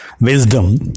wisdom